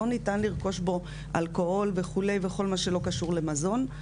לא ניתן לרכוש בו אלכוהול וכו' וכל מה שלא קשור למזון.